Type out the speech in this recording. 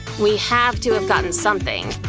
we have to have gotten something.